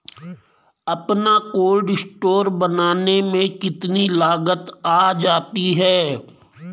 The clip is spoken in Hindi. अपना कोल्ड स्टोर बनाने में कितनी लागत आ जाती है?